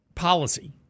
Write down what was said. Policy